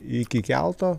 iki kelto